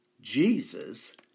Jesus